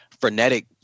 frenetic